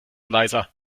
leiser